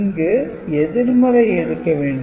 இங்கு எதிர்மறை எடுக்க வேண்டும்